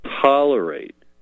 tolerate